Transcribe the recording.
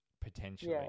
potentially